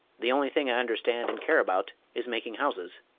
the only thing i understand and care about is making houses.